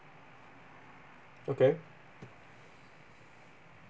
okay